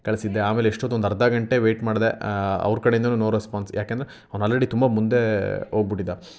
ಕಳಿಸಿದ್ದೆ ಆಮೇಲೆ ಎಷ್ಟೊತ್ತು ಒಂದು ಅರ್ಧ ಗಂಟೆ ವೇಯ್ಟ್ ಮಾಡಿದೆ ಅವ್ರ ಕಡೆಯಿಂದನೂ ನೋ ರೆಸ್ಪಾನ್ಸ್ ಯಾಕೆಂದರೆ ಅವ್ನು ಆಲ್ರೆಡಿ ತುಂಬ ಮುಂದೆ ಹೋಗ್ಬುಟಿದ್ದ